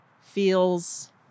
feels